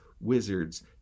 wizards